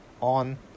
on